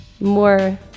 more